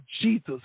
jesus